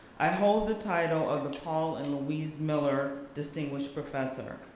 i hold the title of the paul and louise miller distinguished professor.